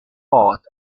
art